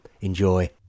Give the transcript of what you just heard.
Enjoy